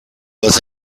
was